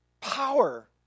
power